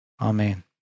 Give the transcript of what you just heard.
Amen